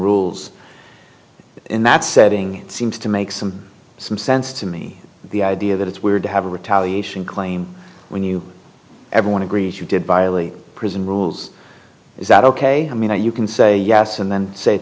rules in that setting seems to make some some sense to me the idea that it's weird to have a retaliation claim when you everyone agrees you did violate prison rules is that ok you can say yes and then say it